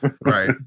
right